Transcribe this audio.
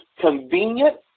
convenient